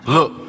Look